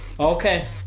Okay